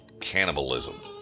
Cannibalism